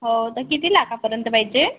हो तर किती लाखापर्यंत पाहिजे